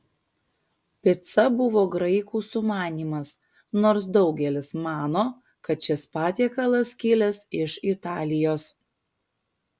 pica buvo graikų sumanymas nors daugelis mano kad šis patiekalas kilęs iš italijos